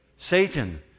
Satan